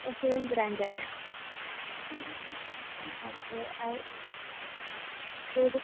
ഓ same brand തന്നെ okay ഏത്